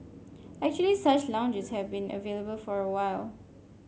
actually such lounges have been available for a while